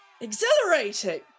Exhilarating